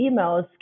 emails